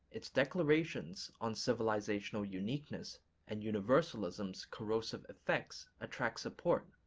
its declarations on civilizational uniqueness and universalism's corrosive effects attract support,